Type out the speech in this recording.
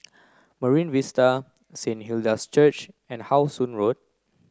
Marine Vista Saint Hilda's Church and How Sun Road